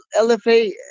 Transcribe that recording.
lfa